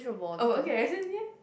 oh okay as in ya